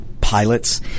pilots